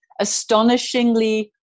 astonishingly